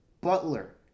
Butler